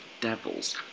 devils